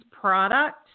product